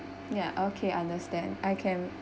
ya okay understand I can